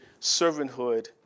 servanthood